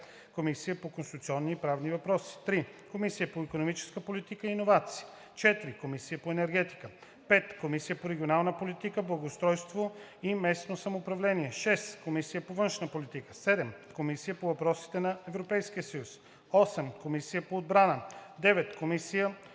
Комисия по конституционни и правни въпроси; 3. Комисия по икономическа политика и иновации; 4. Комисия по енергетика; 5. Комисия по регионална политика, благоустройство и местно самоуправление; 6. Комисия по външна политика; 7. Комисия по въпросите на Европейския съюз; 8. Комисия по отбрана; 9. Комисия